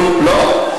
לא.